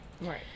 Right